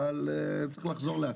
אבל צריך לחזור לעצמי.